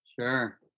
Sure